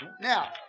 Now